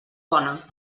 bona